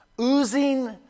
oozing